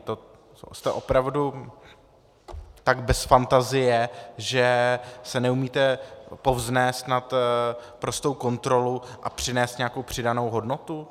To jste opravdu tak bez fantazie, že se neumíte povznést nad prostou kontrolu a přinést nějakou přidanou hodnotu?